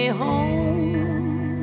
home